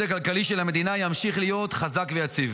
הכלכלי של המדינה ימשיך להיות חזק ויציב.